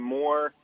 more